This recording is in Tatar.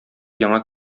яңа